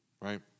right